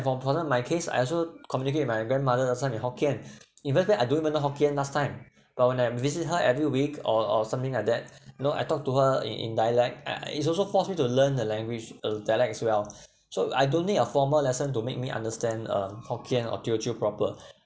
from problem in my case I also communicate with my grandmother last time in hokkien even that I don't even know hokkien last time but when I visit her every week or or something like you know I talk to her in in dialect ah it's also forced me to learn the language uh dialect as well so I don't need a formal lesson to make me understand um hokkien or teochew proper